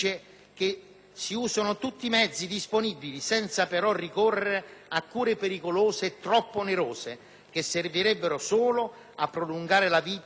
a cure pericolose o troppo onerose (...) che solo servirebbero a prolungare la vita in modo artificiale e penoso con danno del malato".